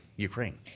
Ukraine